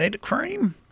cream